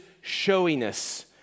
showiness